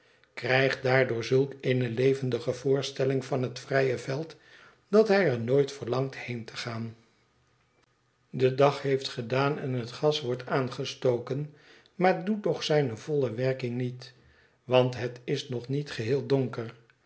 krijgt daardoor zulk eene levendige voorstelling van het vrije veld dat hij er nooit verlangt heen te gaan de dag heeft gedaan en het gas wordt aangestoken maar doet nog zijne volle werking niet want het is nog niet geheel donker